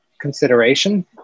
consideration